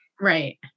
right